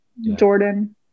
Jordan